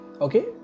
okay